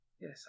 Yes